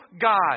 God